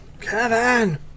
Kevin